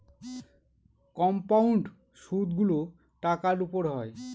compound সুদগুলো টাকার উপর হয়